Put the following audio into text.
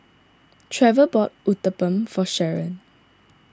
Trever bought Uthapam for Sherron